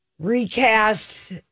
Recast